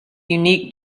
unique